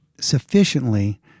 sufficiently